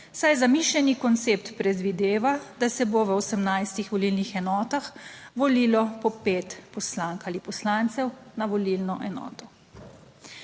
Saj zamišljeni koncept predvideva, da se bo v 18 volilnih enotah volilo po pet poslank ali poslancev na volilno enoto.